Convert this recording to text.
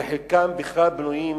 וחלקם בכלל בנויים